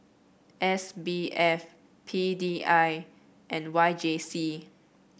S B F P D I and Y J C